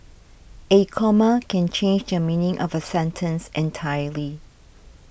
a comma can change the meaning of a sentence entirely